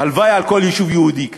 הלוואי על כל יישוב יהודי כך.